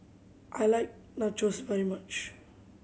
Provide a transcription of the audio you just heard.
I like Nachos very much